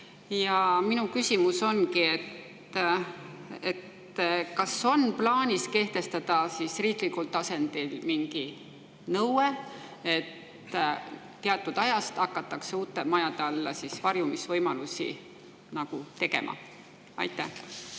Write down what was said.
Minu küsimus ongi, kas on plaanis kehtestada riiklikul tasandil mingi nõue, et teatud ajast hakatakse uute majade alla varjumisvõimalusi tegema. Aitäh!